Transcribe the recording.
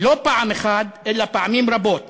לא פעם אחת, אלא פעמים רבות